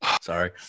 Sorry